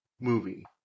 movie